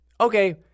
okay